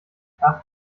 ach